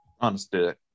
Understood